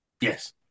Yes